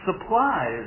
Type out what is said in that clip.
supplies